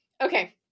okay